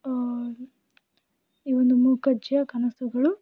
ಈ ಒಂದು ಮೂಕಜ್ಜಿಯ ಕನಸುಗಳು